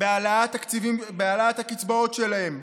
בהעלאת הקצבאות שלהם?